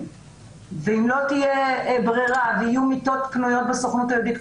ואם לא תהיה ברירה ויהיו מיטות פנויות בסוכנות היהודית,